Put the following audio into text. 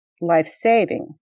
life-saving